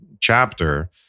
chapter